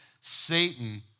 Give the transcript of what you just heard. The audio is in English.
Satan